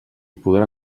podrà